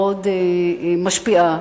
מאוד משפיע,